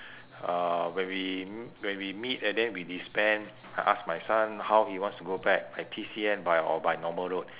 uh when we m~ when we meet and then we disband I ask my son how he wants to go back by P_C_N by or by normal road